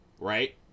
right